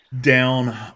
Down